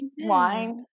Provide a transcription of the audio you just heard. wine